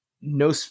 no